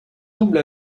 double